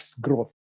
growth